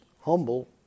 humble